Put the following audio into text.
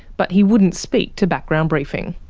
but he wouldn't speak to background briefing.